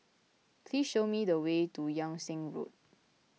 please show me the way to Yung Sheng Road